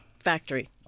factory